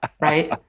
right